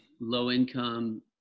low-income